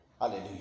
Hallelujah